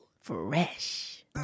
Fresh